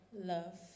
love